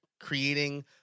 creating